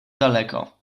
daleko